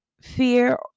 fear